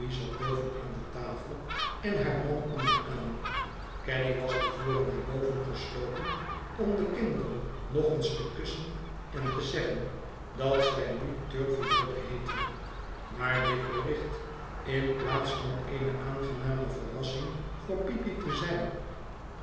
boven aan de tafel en haar man onderaan caddy was te voren naar boven geslopen om de kinderen nog eens te kussen en te zeggen dat zij nu turveydrop heette maar dit bericht in plaats van eene aangename verrassing voor peepy te zijn